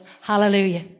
Hallelujah